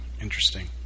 Interesting